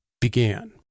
began